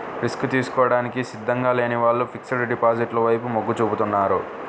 risk తీసుకోవడానికి సిద్ధంగా లేని వారు ఫిక్స్డ్ డిపాజిట్ల వైపు మొగ్గు చూపుతున్నారు